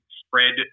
spread